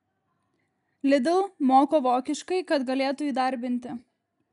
lidl moko vokiškai kad galėtų įdarbinti